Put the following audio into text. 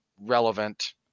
relevant